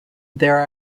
there